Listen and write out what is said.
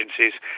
agencies